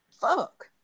Fuck